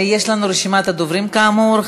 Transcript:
יש לנו רשימת דוברים, כאמור.